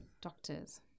doctors